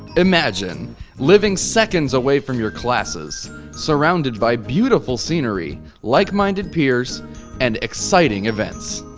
imagine living seconds away from your classes surrounded by beautiful scenery, like-minded peers and exciting events.